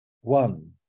One